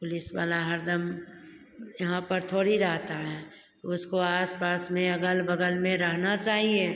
police वाला हर दम यहाँ पर थोड़ी रहता है उसको आस पास में अगल बगल में रहेना चाहिए